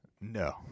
No